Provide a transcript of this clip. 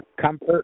Comfort